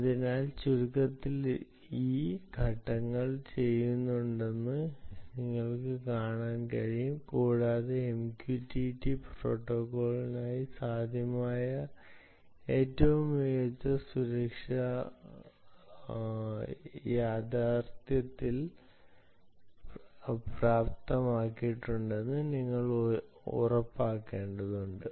അതിനാൽ ചുരുക്കത്തിൽ ഈ ഘട്ടങ്ങൾ ചെയ്യേണ്ടതുണ്ടെന്ന് നിങ്ങൾക്ക് കാണാൻ കഴിയും കൂടാതെ MQTT പ്രോട്ടോക്കോളിനായി സാധ്യമായ ഏറ്റവും ഉയർന്ന സുരക്ഷ യഥാർത്ഥത്തിൽ പ്രാപ്തമാക്കിയിട്ടുണ്ടെന്ന് നിങ്ങൾ ഉറപ്പാക്കേണ്ടതുണ്ട്